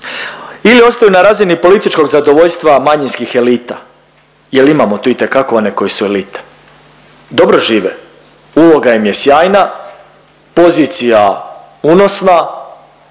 ili ostaju na razini političkog zadovoljstva manjinskih elita jer imamo tu itekako one koji su elita. Dobro žive, uloga im je sjajna, pozicija unosna